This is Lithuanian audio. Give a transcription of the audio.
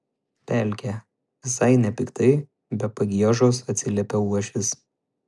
pelkė visai nepiktai be pagiežos atsiliepė uošvis